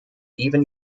even